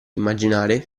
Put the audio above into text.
immaginare